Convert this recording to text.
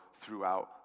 throughout